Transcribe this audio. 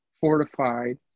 fortified